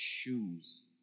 shoes